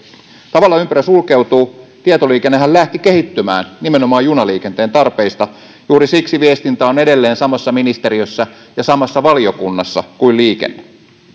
tavallaan ympyrä sulkeutuu tietoliikennehän lähti kehittymään nimenomaan junaliikenteen tarpeista ja juuri siksi viestintä on edelleen samassa ministeriössä ja samassa valiokunnassa kuin liikenne